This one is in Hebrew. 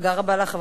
תודה רבה לך,